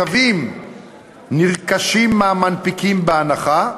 התווים נרכשים מהמנפיקים בהנחה,